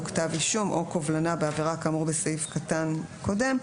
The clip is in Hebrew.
כתב אישום או קובלנה בעבירה כאמור בסעיף קטן קודם,